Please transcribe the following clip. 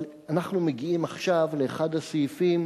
אבל אנחנו מגיעים עכשיו לאחד הסעיפים